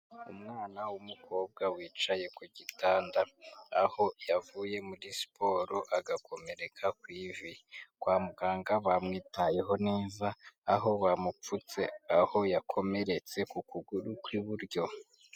Umwana w'umukobwa wicaye ku gitanda, aho yavuye muri siporo agakomereka ku ivi. Kwa muganga bamwitayeho neza, aho bamupfutse aho yakomeretse ku kuguru kw'iburyo.